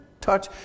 touch